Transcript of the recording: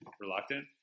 reluctant